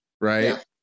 Right